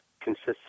consists